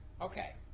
Okay